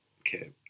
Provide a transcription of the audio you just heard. okay